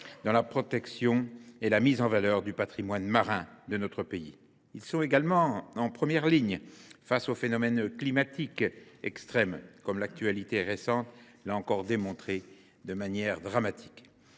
dans la protection et la mise en valeur du patrimoine marin de notre pays. Ils sont également en première ligne face aux phénomènes climatiques extrêmes, comme l’actualité récente l’a encore démontré de manière dramatique.